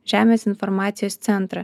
žemės informacijos centrą